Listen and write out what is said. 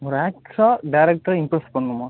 ஒரு ஆக்ட்ராக டேரக்டரை இம்ப்ரெஸ் பண்ணணுமா